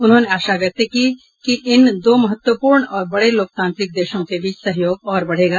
उन्होंने आशा व्यक्त की कि इन दो महत्वपूर्ण और बड़े लोकतांत्रिक देशों के बीच सहयोग और बढ़ेगा